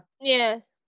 Yes